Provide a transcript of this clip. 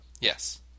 Yes